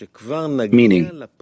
meaning